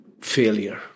failure